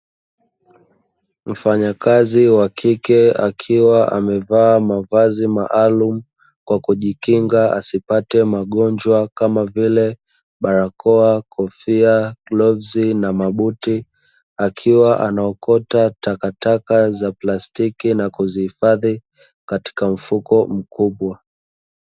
Mfanyakazi wa kike akiwa amevaa mavazi maalumu kwa kujikinga asipate magonjwa, kama vile: barakoa, kofia, glavzi na mabuti akiwa anaokota takataka za plastiki na kuzihifadhi katika mfuko mkubwa.